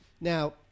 Now